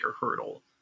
hurdle